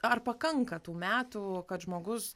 ar pakanka tų metų kad žmogus